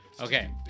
Okay